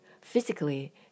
Physically